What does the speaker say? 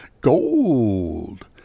gold